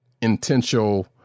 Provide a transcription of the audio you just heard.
Intentional